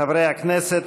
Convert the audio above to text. חברי הכנסת,